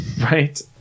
right